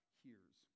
hears